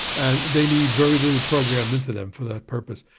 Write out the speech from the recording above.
and they need very little programmed into them for that purpose.